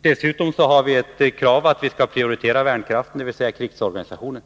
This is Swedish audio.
Dessutom är det ett krav att vi skall prioritera värnkraften, dvs. krigsorganisationen.